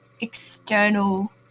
external